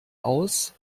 aus